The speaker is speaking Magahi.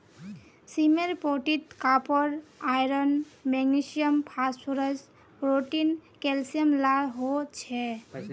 सीमेर पोटीत copper, iron, magnesium, phosphorus, protein, calcium ला हो छे